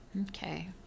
Okay